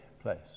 place